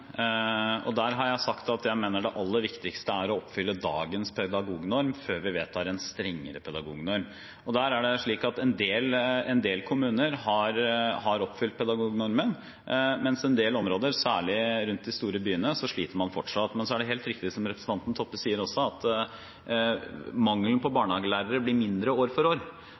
å oppfylle dagens pedagognorm før vi vedtar en strengere pedagognorm. En del kommuner har oppfylt pedagognormen, mens i en del områder, særlig rundt de store byene, sliter man fortsatt. Men det er helt riktig som representanten Toppe sier, at mangelen på